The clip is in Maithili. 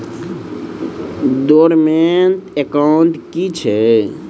डोर्मेंट एकाउंट की छैक?